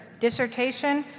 dissertation,